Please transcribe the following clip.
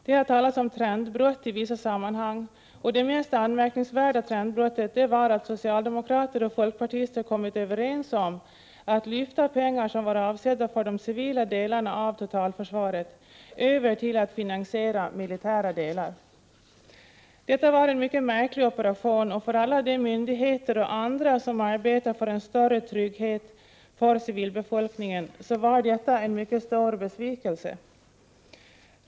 Det har talats om trendbrott i vissa | sammanhang. Det mest anmärkningsvärda trendbrottet var att socialde mokrater och folkpartister kom överens om att lyfta pengar som var avsedda för de civila delarna av totalförsvaret över till att finansiera militära delar. Detta var en mycket märklig operation och för alla de myndigheter och andra som arbetar för en större trygghet för civilbefolkningen en mycket stor besvikelse.